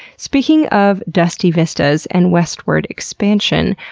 speaking of dusty vistas and westward expansion,